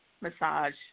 massage